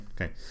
Okay